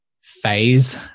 phase